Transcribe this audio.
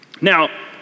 Now